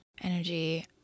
energy